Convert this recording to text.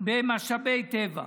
במשאבי טבע.